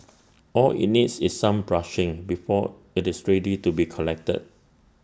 all IT needs is some brushing before IT is ready to be collected